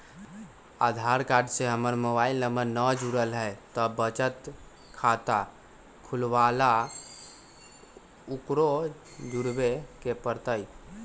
आधार card से हमर mobile number न जुरल है त बचत खाता खुलवा ला उकरो जुड़बे के पड़तई?